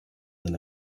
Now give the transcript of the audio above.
than